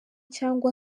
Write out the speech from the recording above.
cyangwa